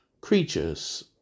creatures